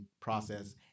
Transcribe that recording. process